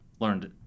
learned